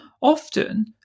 often